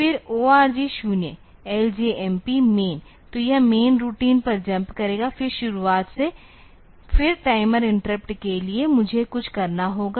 फिर ORG 0 LJMP main तो यह मैन रूटीन पर जम्प करेगा फिर शुरुआत से फिर टाइमर इंटरप्ट के लिए मुझे कुछ करना होगा